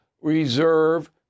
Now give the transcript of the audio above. reserve